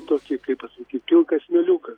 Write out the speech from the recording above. tokį kaip pasakyt pilkas nuliukas